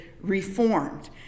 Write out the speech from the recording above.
reformed